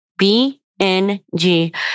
BNG